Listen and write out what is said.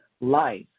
life